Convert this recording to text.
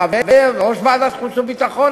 חבר וראש ועדת חוץ וביטחון,